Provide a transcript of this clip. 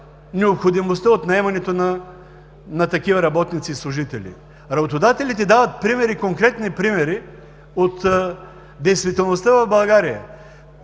необходимостта от наемането на такива работници и служители. Работодателите дават конкретни примери от действителността в България.